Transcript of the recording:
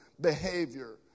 behavior